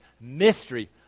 mystery